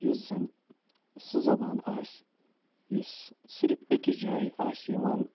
یُس زن سُہ زبان آسہِ یُس صرف أکِس جاے آسہِ یِوان